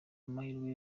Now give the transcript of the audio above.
amahirwe